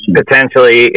potentially